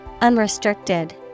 Unrestricted